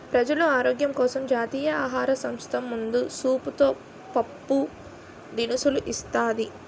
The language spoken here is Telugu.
ప్రజలు ఆరోగ్యం కోసం జాతీయ ఆహార సంస్థ ముందు సూపుతో పప్పు దినుసులు ఇస్తాది